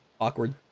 awkward